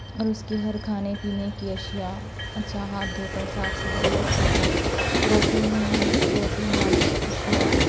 اور اس کی ہر کھانے پینے کی اشیاء اچھا ہاتھ دھو کر صاف صفائیت کے ساتھ پروٹین پروٹین والے اشیاء